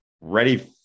ready